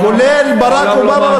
כולל ברק אובמה,